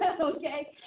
Okay